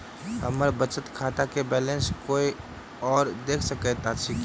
हम्मर बचत खाता केँ बैलेंस कोय आओर देख सकैत अछि की